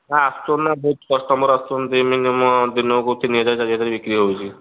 ନାଁ ଆସୁଛନ୍ତି ନାଁ ବହୁତ କଷ୍ଟମର ଆସୁଛନ୍ତି ମିନିମମ୍ ଦିନକୁ ତିନି ହଜାର ଚାରି ହଜାର ବିକ୍ରି ହେଉଛି